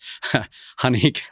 honey